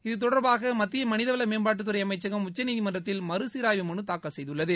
இது தொடர்பாக மத்திய மனிதவள மேம்பாட்டுத்துறைஅமைச்சகம் உச்சநீதிமன்றத்தில் மறுசீராய்வு மனு தாக்கல் செய்துள்ளது